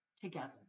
together